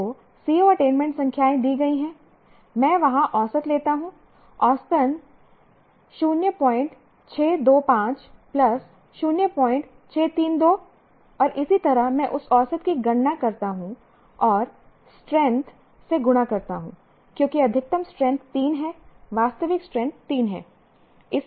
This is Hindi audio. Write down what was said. तो CO अटेनमेंट संख्याएँ दी गई हैं मैं वहाँ औसत लेता हूँ औसतन 0625 प्लस 0632 और इसी तरह मैं उस औसत की गणना करता हूँ और स्ट्रैंथ से गुणा करता हूँ क्योंकि अधिकतम स्ट्रैंथ 3 है वास्तविक स्ट्रैंथ 3 है